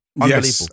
Unbelievable